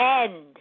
end